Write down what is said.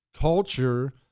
Culture